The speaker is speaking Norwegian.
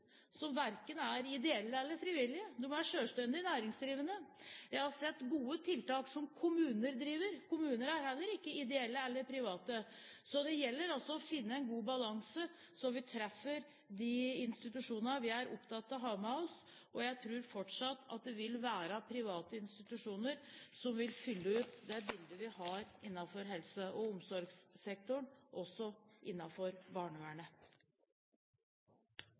som verken er ideelle eller frivillige. De er selvstendig næringsdrivende. Jeg har sett gode tiltak som kommuner driver. Kommuner er heller ikke ideelle eller private. Det gjelder også å finne en god balanse, slik at vi treffer de institusjonene vi er opptatt av å ha med oss. Jeg tror fortsatt det vil være private institusjoner som vil fylle ut det bildet vi har innenfor helse- og omsorgssektoren, også innenfor barnevernet.